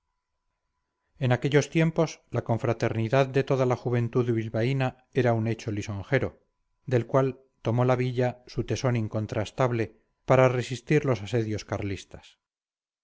en aquellos tiempos la confraternidad de toda la juventud bilbaína era un hecho lisonjero del cual tomó la villa su tesón incontrastable para resistir los asedios carlistas